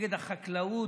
נגד החקלאות,